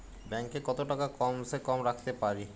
Bank এ কত টাকা কম সে কম রাখতে পারি?